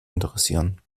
interessieren